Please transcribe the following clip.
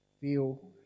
feel